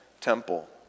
temple